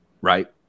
right